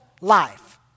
life